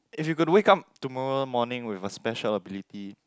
if you could wake up tomorrow morning with a special ability